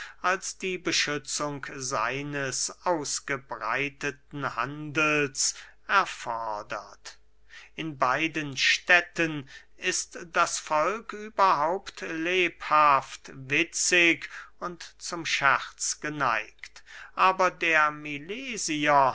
als die beschützung seines ausgebreiteten handels erfordert in beiden städten ist das volk überhaupt lebhaft witzig und zum scherz geneigt aber der milesier